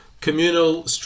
communal